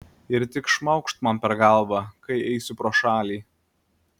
ir tik šmaukšt man per galvą kai eisiu pro šalį